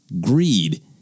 greed